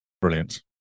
brilliant